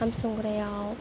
ओंखाम संग्रायाव